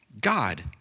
God